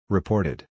Reported